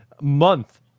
month